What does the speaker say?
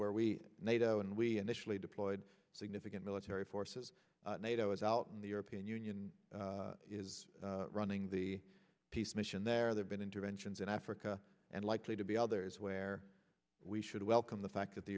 where we are nato and we initially deployed significant military forces nato is out and the european union is running the peace mission there they've been interventions in africa and likely to be others where we should welcome the fact that the